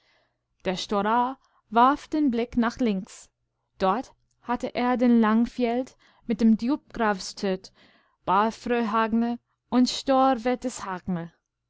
der storaa warf den blick nach links dort hatte er den langfjeld mit dem djupgravstöt barrfröhgna und